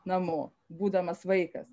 namo būdamas vaikas